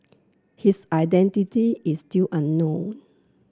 his identity is still unknown